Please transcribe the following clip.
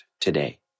today